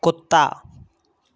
कुत्ता